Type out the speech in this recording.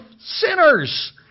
sinners